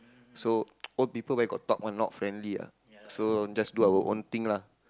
so old people where got talk [one] not friendly ah so just do our own thing lah